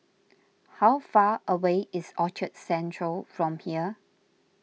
how far away is Orchard Central from here